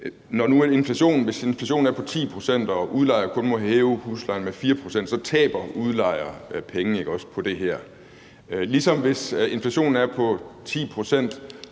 Hvis inflationen er på 10 pct. og udlejere kun må hæve huslejen med 4 pct., så taber udlejere penge på det her, ikke også? Det samme gælder, hvis inflationen er på 10 pct.